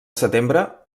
setembre